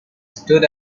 stood